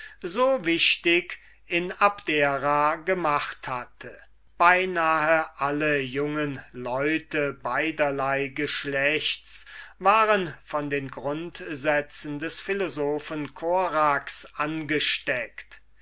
so wichtig in abdera gemacht hatte beinahe alle junge leute beiderlei geschlechts waren von den grundsätzen des philosophen korax angesteckt